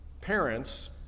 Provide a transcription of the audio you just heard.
parents